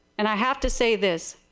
and i have to say this,